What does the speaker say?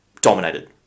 dominated